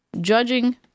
judging